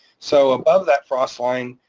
so above that frost line,